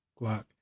Glock